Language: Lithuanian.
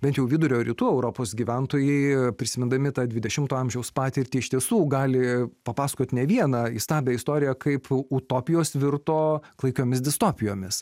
bent jau vidurio ir rytų europos gyventojai prisimindami tą dvidešimto amžiaus patirtį iš tiesų gali papasakot ne vieną įstabią istoriją kaip utopijos virto klaikiomis distopijomis